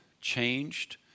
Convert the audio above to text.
changed